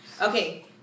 Okay